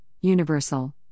Universal